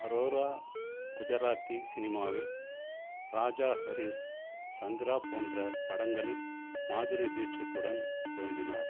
அரோரா குஜராத்தி சினிமாவில் ராஜா ஹரிஸ் சந்திரா போன்ற படங்களில் மாதுரி தீட்சித்துடன் தோன்றினார்